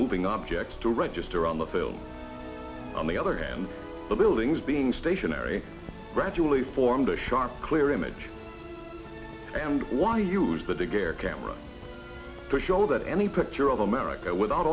moving objects to register on the film on the other hand the buildings being stationary gradually formed a sharp clear image and why use but the gare camera to show that any picture of america without